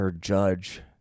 Judge